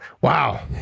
Wow